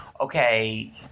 okay